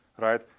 right